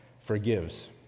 forgives